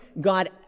God